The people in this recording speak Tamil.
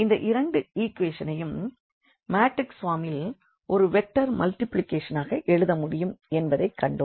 இந்த இரண்டு ஈக்வெஷன்ஸ் ஐயும் மேட்ரிக்ஸ் ஃபார்மில் ஒரு வெக்டார் மல்டிப்ளிகேஷனாக எழுத முடியும் என்பதைக் கண்டோம்